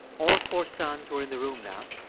all four sons were in the room now.